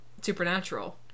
Supernatural